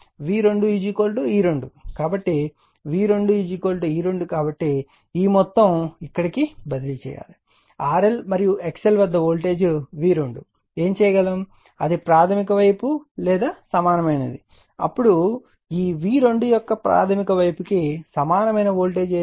కాబట్టి V2 E2 కాబట్టిఈ మొత్తం ఇక్కడకు బదిలీ చేయాలి RL మరియు XL వద్ద వోల్టేజ్ V2 ఏమి చేయగలము అది ప్రాధమిక వైపు లేదా సమానమైనది అప్పుడు ఈ V2 యొక్క ప్రాధమిక వైపుకు సమానమైన వోల్టేజ్ ఏది